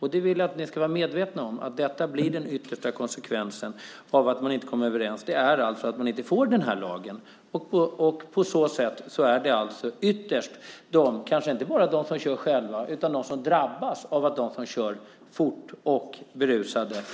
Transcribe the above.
Jag vill att ni ska vara medvetna om att den yttersta konsekvensen av att man inte kommer överens är att man inte får denna lag. Det är ytterst kanske inte de som kör själva, utan de som drabbas av dem som kör fort och är berusade som